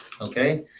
okay